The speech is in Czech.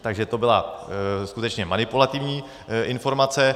Takže to byla skutečně manipulativní informace.